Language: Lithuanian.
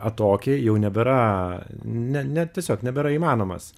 atokiai jau nebėra ne net tiesiog nebėra įmanomas